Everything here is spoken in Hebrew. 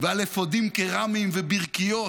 ועל אפודים קרמיים וברכיות